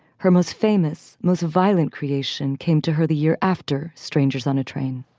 her most famous, most violent creation came to her the year after. strangers on a train.